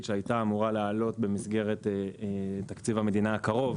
שהייתה אמורה לעלות במסגרת תקציב המדינה הקרוב,